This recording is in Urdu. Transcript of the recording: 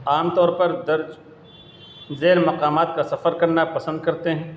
عام طور پر درج ذیل مقامات کا سفر کرنا پسند کرتے ہیں